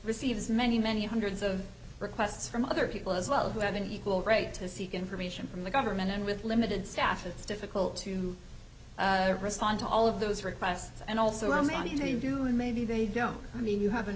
receives many many hundreds of requests from other people as well who have an equal right to seek information from the government and with limited staff it's difficult to respond to all of those requests and also i mean you know you do and maybe they don't i mean you have an